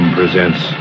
presents